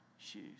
shoes